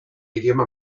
idioma